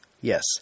Yes